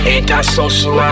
Antisocial